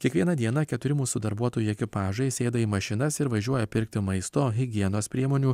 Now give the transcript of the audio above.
kiekvieną dieną keturi mūsų darbuotojų ekipažai sėda į mašinas ir važiuoja pirkti maisto higienos priemonių